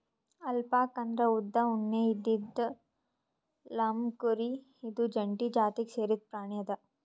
alpaca ಅಂದ್ರ ಉದ್ದ್ ಉಣ್ಣೆ ಇದ್ದಿದ್ ಲ್ಲಾಮ್ಕುರಿ ಇದು ಒಂಟಿ ಜಾತಿಗ್ ಸೇರಿದ್ ಪ್ರಾಣಿ ಅದಾ